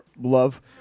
love